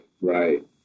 Right